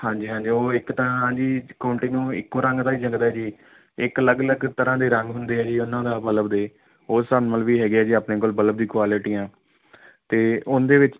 ਹਾਂਜੀ ਹਾਂਜੀ ਉਹ ਇੱਕ ਤਾਂ ਜੀ ਕਾਟਿੰਗ ਇੱਕੋ ਰੰਗ ਦਾ ਜੰਗਲਾ ਜੀ ਇੱਕ ਅਲੱਗ ਅਲੱਗ ਤਰ੍ਹਾਂ ਦੇ ਰੰਗ ਹੁੰਦੇ ਆ ਜੀ ਉਹਨਾਂ ਦਾ ਬਲਬ ਦੇ ਉਸ ਹਿਸਾਬ ਨਾਲ ਵੀ ਹੈਗੇ ਆ ਜੀ ਆਪਣੇ ਕੋਲ ਬਲਬ ਦੀ ਕੁਆਲਿਟੀਆਂ ਅਤੇ ਉਹਦੇ ਵਿੱਚ